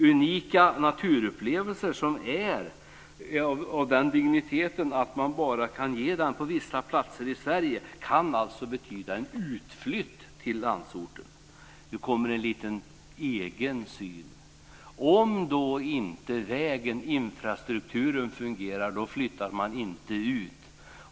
Unika naturupplevelser som är av den digniteten att man bara kan ge den på vissa platser i Sverige kan alltså betyda en utflyttning till landsorten. Nu ska jag framföra en egen synpunkt. Om då inte vägen, infrastrukturen fungerar, då flyttar man in ut i landet.